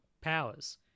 powers